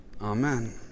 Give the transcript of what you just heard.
Amen